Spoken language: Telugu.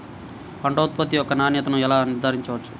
పంట ఉత్పత్తి యొక్క నాణ్యతను ఎలా నిర్ధారించవచ్చు?